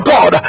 God